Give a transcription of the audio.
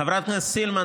חברת הכנסת סילמן,